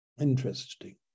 Interesting